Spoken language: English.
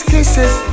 Kisses